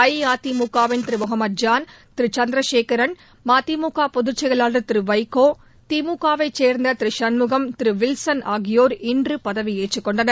அஇஅதிமுக வின் திரு முகமத் ஜான் திரு சந்திரசேகரன் மதிமுக பொதுச்செயலாளா் திரு வைகோ திமுக வைச் சேர்ந்த திரு சண்முகம் திரு வில்சன ஆகியோர் இன்று பதவியேற்றுக் கொண்டனர்